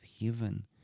heaven